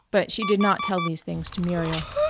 but she did not tell these things to muriel.